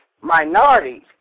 minorities